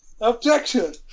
Objection